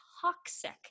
toxic